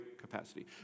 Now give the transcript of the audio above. capacity